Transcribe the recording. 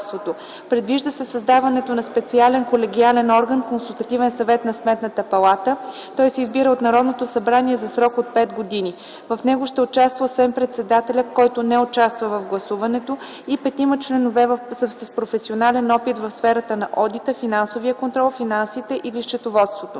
Предвижда се създаването на специален колегиален орган – Консултативен съвет на Сметната палата. Той се избира от Народното събрание за срок от пет години. В него ще участва освен председателя (който не участва в гласуването) и петима членове с професионален опит в сферата на одита, финансовия контрол, финансите или счетоводството.